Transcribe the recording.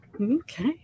Okay